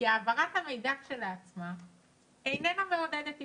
כי העברת המידע לכשעצמה איננה מעודדת התחסנות.